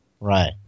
Right